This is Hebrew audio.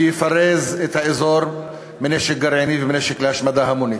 שיפרז את האזור מנשק גרעיני ומנשק להשמדה המונית.